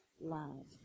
love